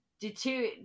deter